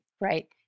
Right